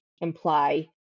imply